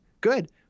good